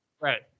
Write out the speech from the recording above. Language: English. Right